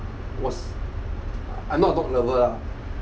was I'm not a dog lover lah